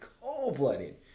cold-blooded